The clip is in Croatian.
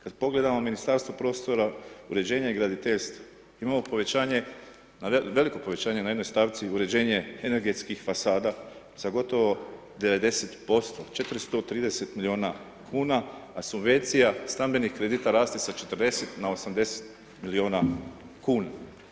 Kada pogledamo Ministarstvo prostora, uređenja i graditeljstva, imamo povećanje, veliko povećanje na jednoj stavci uređenje energetskih fasada sa gotovo 90%, 430 milijuna kuna, a subvencija stambenih kredita raste sa 40 na 80 milijuna kuna.